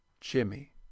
jimmy